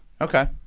Okay